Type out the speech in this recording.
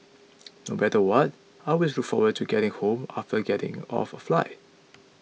no matter what I always look forward to getting home after I getting off a flight